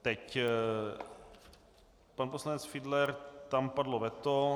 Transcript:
Teď pan poslanec Fiedler tam padlo veto.